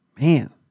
Man